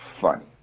Funny